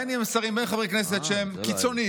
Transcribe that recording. בין שהם שרים ובין חברי כנסת שהם קיצוניים,